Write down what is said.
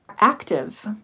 active